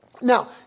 Now